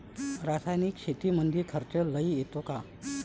रासायनिक शेतीमंदी खर्च लई येतो का?